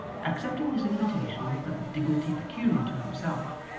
accepting this invitation with a dignity peculiar to himself,